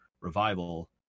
revival